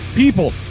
people